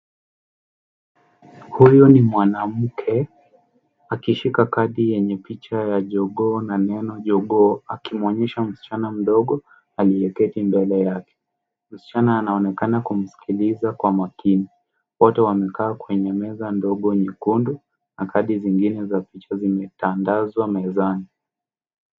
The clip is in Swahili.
Huyu ni mwanamke akishika kadi yenye picha ya jogoo na neno Jogoo akimwonyesha msichana mdogo aliyeketi mbele yake . Msichana anaonekana kumsikiliza kwa makini . Wote wamekaa kwenye meza ndogo nyekundu na kadi zingine za picha zimetandazwa mezani.